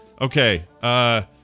Okay